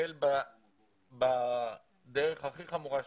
לטפל בדרך הכי חמורה שאפשר.